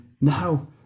now